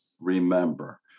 Remember